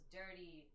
dirty